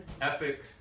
epic